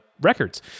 records